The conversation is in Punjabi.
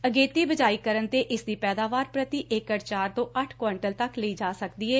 ਅਗੇਤੀ ਬਜਾਈ ਕਰਨ ਤੇ ਇਸ ਦੀ ਪੈਦਾਵਾਰ ਪੂਤੀ ਏਕੜ ਚਾਰ ਤੋ ਅੱਠ ਕੁਇੰਟਲ ਤੱਕ ਲਈ ਜਾ ਸਕਦੀ ਏ